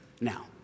now